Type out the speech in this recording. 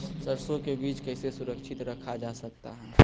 सरसो के बीज कैसे सुरक्षित रखा जा सकता है?